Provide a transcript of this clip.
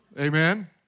Amen